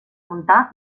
muntar